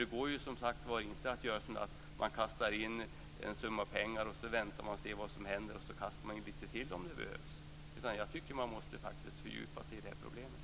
Det går ju som sagt var inte att göra så att man kastar in en summa pengar och så väntar man och ser vad som händer, och så kastar man in lite till om det behövs. Jag tycker att man faktiskt måste fördjupa sig i de här problemen.